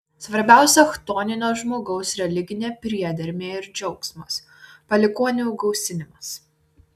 svarbiausia chtoninio žmogaus religinė priedermė ir džiaugsmas palikuonių gausinimas